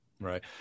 Right